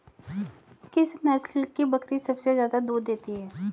किस नस्ल की बकरी सबसे ज्यादा दूध देती है?